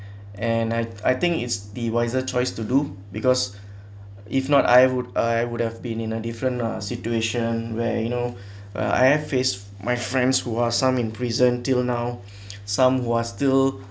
and I I think it's the wiser choice to do because if not I would I would have been in a different uh situation where you know I have face my friends who are some in prison till now some who are still